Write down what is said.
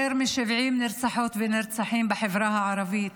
יותר מ-70 נרצחות ונרצחים בחברה הערבית.